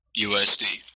USD